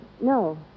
No